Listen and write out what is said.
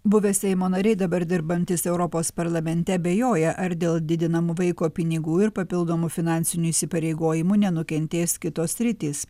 buvę seimo nariai dabar dirbantys europos parlamente abejoja ar dėl didinamų vaiko pinigų ir papildomų finansinių įsipareigojimų nenukentės kitos sritys